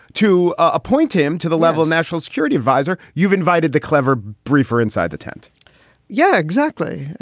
to appoint him to the level. national security adviser, you've invited the clever briefer inside the tent yeah, exactly.